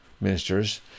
ministers